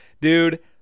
dude